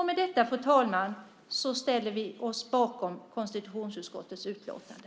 Med detta, fru talman, ställer vi oss bakom konstitutionsutskottets utlåtande.